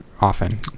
Often